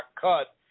cut